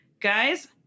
Guys